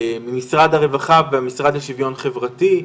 עם משרד הרווחה והמשרד לשוויון חברתי,